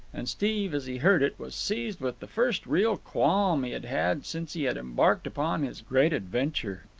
and steve, as he heard it, was seized with the first real qualm he had had since he had embarked upon his great adventure.